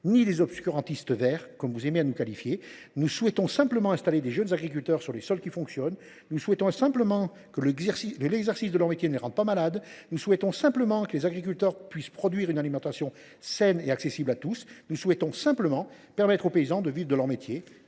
nous qualifier, mes chers collègues : nous souhaitons simplement installer de jeunes agriculteurs sur des sols qui fonctionnent ; nous souhaitons simplement que l’exercice de leur métier ne les rende pas malades ; nous souhaitons simplement que les agriculteurs puissent produire une alimentation saine et accessible à tous ; nous souhaitons simplement permettre aux paysans de vivre de leur métier.